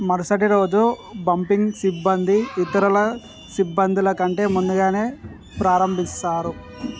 మరుసటి రోజు బంపింగ్ సిబ్బంది ఇతరుల సిబ్బందులు కంటే ముందుగానే ప్రారంభిస్తారు